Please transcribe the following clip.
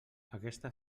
aquesta